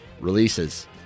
releases